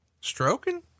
Stroking